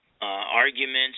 arguments